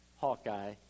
Hawkeye